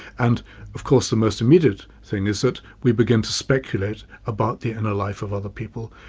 and of course, the most immediate thing is that we begin to speculate about the inner life of other people,